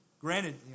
Granted